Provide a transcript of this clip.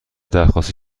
درخواستی